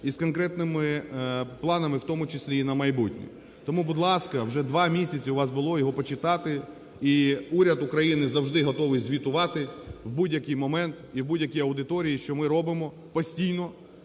і з конкретними планами, в тому числі і на майбутнє. Тому, будь ласка, вже 2 місяці у вас було його почитати. І уряд України завжди готовий звітувати в будь-який момент і будь-якій аудиторії, що ми робимо постійно.